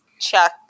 chuck